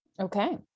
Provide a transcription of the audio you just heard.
okay